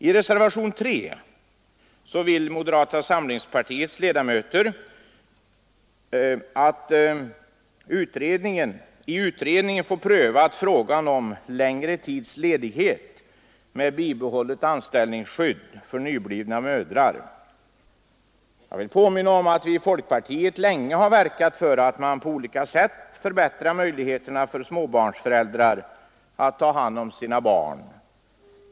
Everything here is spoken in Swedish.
I reservationen 3 vill moderaterna att i utredning få prövat frågan om längre tids ledighet — med bibehållet anställningsskydd — för nyblivna mödrar. Jag vill påminna om att vi i folkpartiet länge verkat för att man på olika sätt förbättrar möjligheterna för småbarnsföräldrar att ta hand om sina barn.